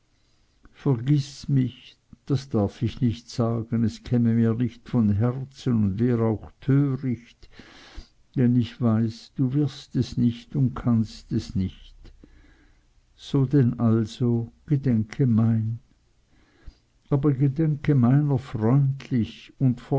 vergiß mich das darf ich nicht sagen es käme mir nicht von herzen und wär auch töricht denn ich weiß du wirst es nicht und kannst es nicht so denn also gedenke mein aber gedenke meiner